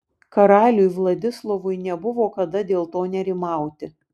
karaliui vladislovui nebuvo kada dėl to nerimauti